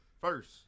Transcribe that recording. First